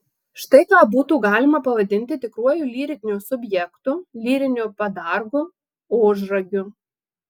štai ką būtų galima pavadinti tikruoju lyriniu subjektu lyriniu padargu ožragiu